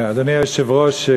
אדוני היושב-ראש,